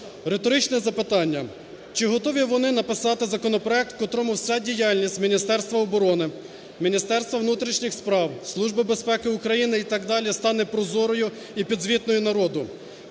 Риторичне запитання: чи готові вони написати законопроект, в котрому вся діяльність Міністерства оборони, Міністерства внутрішніх справ, Служби безпеки України і так далі стане прозорою і підзвітною народу?